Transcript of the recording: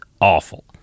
awful